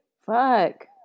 Fuck